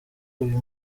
uyu